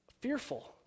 fearful